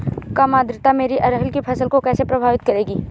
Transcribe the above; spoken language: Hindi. कम आर्द्रता मेरी अरहर की फसल को कैसे प्रभावित करेगी?